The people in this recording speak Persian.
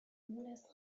مونس